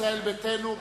ישראל ביתנו,